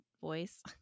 voice